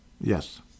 Yes